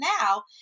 now